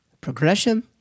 progression